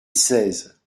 seize